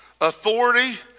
authority